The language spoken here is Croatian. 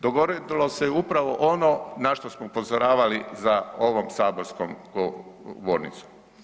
Dogodilo se upravo ono na što smo upozoravali za ovom saborskom govornicom.